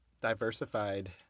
diversified